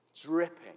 dripping